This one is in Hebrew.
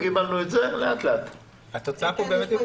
יש כאן את